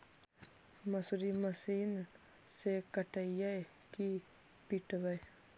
मसुरी मशिन से कटइयै कि पिटबै?